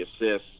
assists